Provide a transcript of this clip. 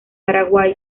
paraguay